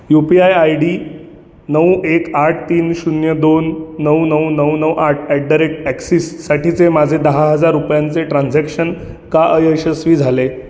you P I I D नऊ एक आठ तीन शून्य दोन नऊ नऊ नऊ नऊ आठ ॲट द रेट ॲक्सिससाठीचे माझे दहा हजार रुपयांचे ट्रान्झॅक्शन का अयशस्वी झाले